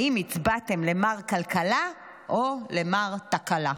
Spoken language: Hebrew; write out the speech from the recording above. האם הצבעתם למר כלכלה או למר תקלה?